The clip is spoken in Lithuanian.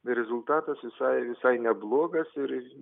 rezultatas visai visai neblogas ir